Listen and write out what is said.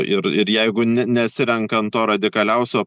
ir ir jeigu ne nesirenkant to radikaliausio